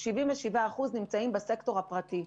77% נמצאים בסקטור הפרטי.